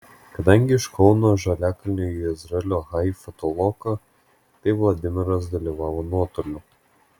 kadangi iš kauno žaliakalnio į izraelio haifą toloka tai vladimiras dalyvavo nuotoliu